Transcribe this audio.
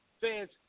Fans